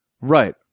Right